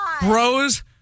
Bros